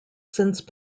since